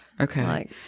okay